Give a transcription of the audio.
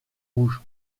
rouge